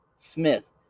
Smith